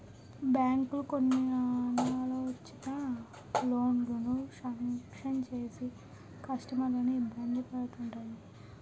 బ్యాంకులు కొన్ని అనాలోచిత లోనులు శాంక్షన్ చేసి కస్టమర్లను ఇబ్బంది పెడుతుంటాయి